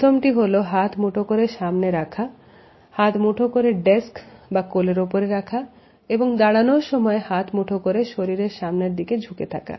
প্রথমটি হলো হাত মুঠো করে সামনে রাখা হাত মুঠো করে ডেস্ক বা কোলের ওপর রাখা এবং দাঁড়ানোর সময় হাত মুঠো করে শরীরের সামনের দিকে ঝুঁকে থাকা